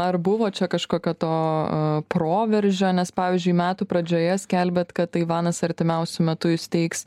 ar buvo čia kažkokio to proveržio nes pavyzdžiui metų pradžioje skelbėt kad taivanas artimiausiu metu įsteigs